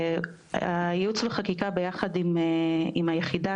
ייעוץ וחקיקה ביחד עם היחידה,